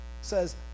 says